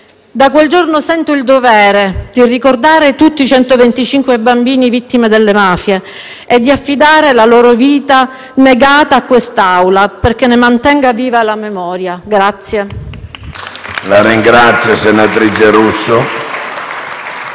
Da quel giorno sento il dovere di ricordare tutti i 125 bambini vittime delle mafie e di affidare la loro vita negata a quest'Assemblea perché ne mantenga viva la memoria. *(Applausi dai Gruppi